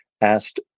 asked